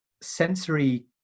sensory